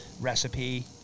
recipe